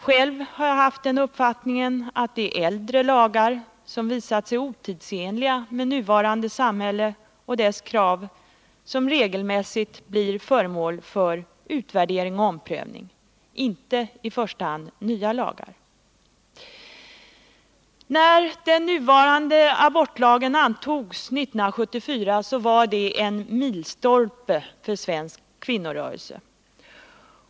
Själv har jag haft den uppfattningen att det är äldre lagar som visat sig otidsenliga med hänsyn till nuvarande samhälle och dess krav som regelmässigt blir föremål för utvärdering och omprövning, inte i första hand nya lagar. När den nuvarande abortlagen antogs 1974 var det en milstolpe för svensk kvinnorörelse.